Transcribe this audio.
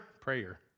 prayer